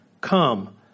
Come